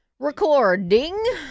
Recording